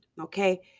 okay